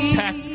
tax